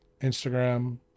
Instagram